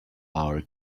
our